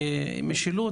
ראשונה,